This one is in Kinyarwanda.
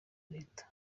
leta